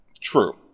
true